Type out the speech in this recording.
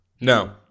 no